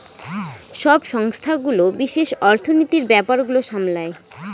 সব সংস্থাগুলো বিশেষ অর্থনীতির ব্যাপার গুলো সামলায়